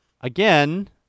Again